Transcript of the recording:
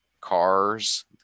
cars